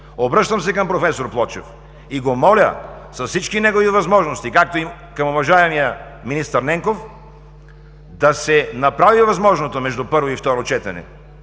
Обръщам се към професор Плочев и го моля с всички негови възможности, както и към уважаемия министър Ненков, да се направи възможното между първо и второ четене,